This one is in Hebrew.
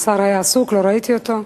אדוני השר, השר היה עסוק, לא ראיתי אותו.